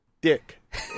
Dick